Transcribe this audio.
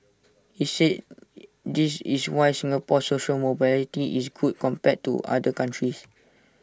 he said this is why Singapore's social mobility is good compared to other countries